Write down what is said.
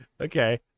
Okay